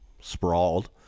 sprawled